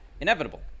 inevitable